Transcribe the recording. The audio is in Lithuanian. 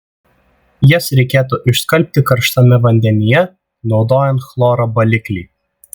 jas reikėtų išskalbti karštame vandenyje naudojant chloro baliklį